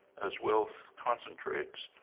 as wealth concentrates,